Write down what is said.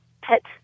pet